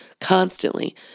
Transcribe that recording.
constantly